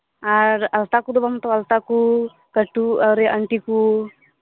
ᱟᱨ ᱟᱞᱛᱟ ᱠᱚᱫᱚ ᱵᱟᱢ ᱦᱟᱛᱟᱣᱟ ᱟᱞᱛᱟᱠᱚ ᱠᱟᱹᱴᱩᱵ ᱨᱮᱭᱟᱜ ᱟᱹᱱᱴᱤ ᱠᱚ